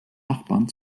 nachbarn